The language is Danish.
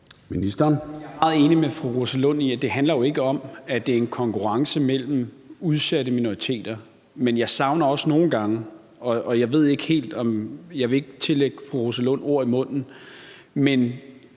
Jeg er meget enig med fru Rosa Lund i, at det jo ikke handler om, at det er en konkurrence mellem udsatte minoriteter. Jeg vil ikke lægge fru Rosa Lund ord i munden,